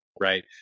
right